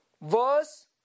verse